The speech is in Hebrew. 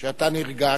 שאתה נרגש.